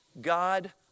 God